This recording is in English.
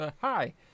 Hi